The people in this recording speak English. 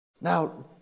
Now